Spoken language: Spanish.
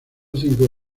cinco